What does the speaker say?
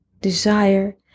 desire